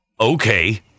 Okay